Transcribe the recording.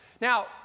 Now